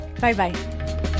bye-bye